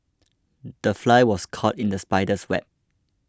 the fly was caught in the spider's web